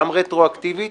גם רטרואקטיבית